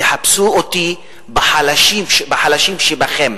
תחפשו אותי בחלשים שבכם.